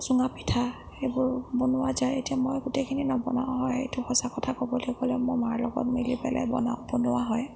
চুঙা পিঠা এইবোৰ বনোৱা যায় এতিয়া মই গোটেইখিনি নবনাওঁ আৰু সেইটো সঁচা কথা ক'বলৈ গ'লে মই মাৰ লগত মিলি পেলাই বনাও বনোৱা হয়